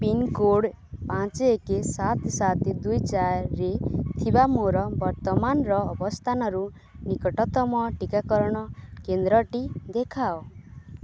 pincode ପାଞ୍ଚ ଏକ ସାତ ସାତ ଦୁଇ ଚାରିରେ ଥିବା ମୋର ବର୍ତ୍ତମାନର ଅବସ୍ଥାନରୁ ନିକଟତମ ଟିକାକରଣ କେନ୍ଦ୍ରଟି ଦେଖାଅ